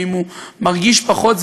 ואם הוא מרגיש פחות,